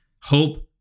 hope